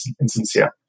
insincere